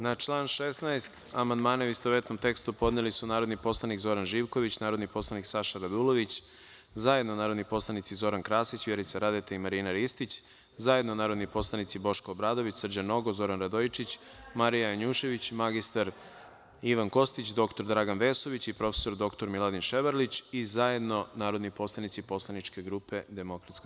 Na član 16. amandmane, u istovetnom tekstu, podneli su narodni poslanik Zoran Živković, narodni poslanik Saša Radulović, zajedno narodni poslanici Zoran Krasić, Vjerica Radeta i Marina Ristić, zajedno narodni poslanici Boško Obradović, Srđan Nogo, Zoran Radojičić, Marija Janjušević, mr Ivan Kostić, dr Dragan Vesović i prof. dr Miladin Ševarlić i zajedno narodni poslanici poslaničke grupe DS.